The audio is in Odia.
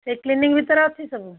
ସେ କ୍ଲିନିକ୍ ଭିତରେ ଅଛି ସବୁ